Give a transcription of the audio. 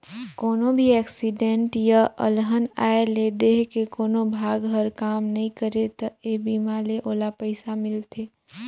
कोनो भी एक्सीडेंट य अलहन आये ले देंह के कोनो भाग हर काम नइ करे त ए बीमा ले ओला पइसा मिलथे